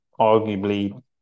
Arguably